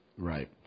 Right